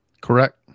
Correct